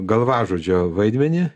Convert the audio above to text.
galvažudžio vaidmenį